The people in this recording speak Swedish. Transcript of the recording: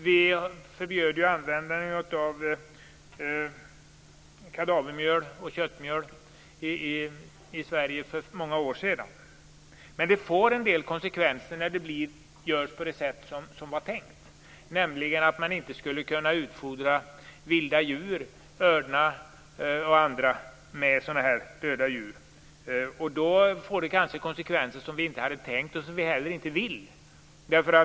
Vi förbjöd användandet av kadavermjöl och köttmjöl i Sverige för många år sedan. Men det får en del konsekvenser om det görs på det sätt som var tänkt, nämligen att man inte skulle kunna utfodra vilda djur, örnar och andra, med döda djur. Det får kanske sådana konsekvenser som vi inte hade tänkt och inte heller vill ha.